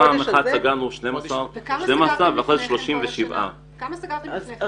פעם אחת סגרנו 12 ואחר כך 37. וכמה סגרתם לפני כן כל השנה?